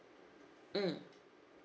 mm